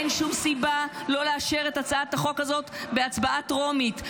אין שום סיבה לא לאשר את הצעת החוק הזאת בהצבעה טרומית.